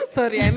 Sorry